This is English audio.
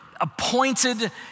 appointed